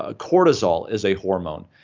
ah cortisol is a hormone.